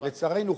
לצערנו,